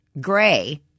Gray